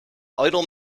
idle